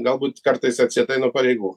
galbūt kartais atsietai nuo pareigų